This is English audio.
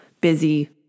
busy